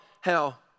hell